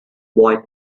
boy